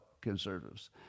conservatives